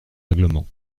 règlement